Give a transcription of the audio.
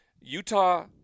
Utah